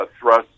thrust